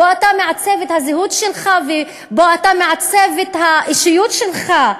שבו אתה מעצב את הזהות שלך ובו אתה מעצב את האישיות שלך,